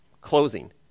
closing